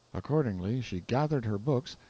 accordingly she gathered her books,